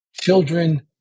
children